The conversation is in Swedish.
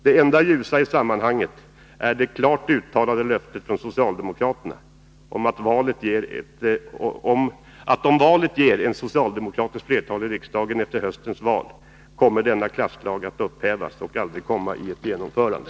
Det enda ljusa i sammanhanget är det klart uttalade löftet från socialdemokraterna att om det blir ett socialdemokratiskt flertal i riksdagen efter höstens val, så kommer denna klasslag att upphävas och att aldrig komma till genomförande.